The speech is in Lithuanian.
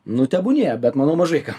nu tebūnie bet manau mažai kam